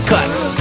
Cuts